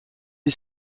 est